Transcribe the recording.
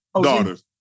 daughters